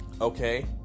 Okay